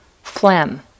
phlegm